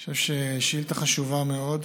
אני חושב שהדבר הזה הוא לא מקובל